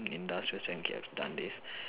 industrial trying to get and done this